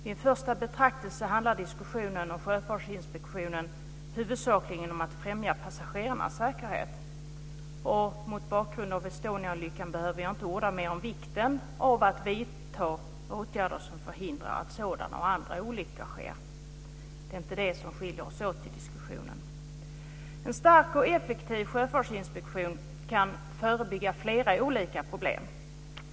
Vid en första betraktelse handlar diskussionen om Sjöfartsinspektionen huvudsakligen om att främja passagerarnas säkerhet. Mot bakgrund av Estoniaolyckan behöver jag inte orda mer om vikten av att vidta åtgärder som förhindrar att sådana och andra olyckor sker. Det är inte det som skiljer oss åt i diskussionen. En stark och effektiv sjöfartsinspektion kan förebygga flera olika problem.